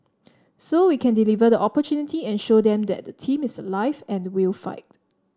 so we can deliver the opportunity and show them that the team is alive and will fight